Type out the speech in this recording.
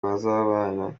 bazabana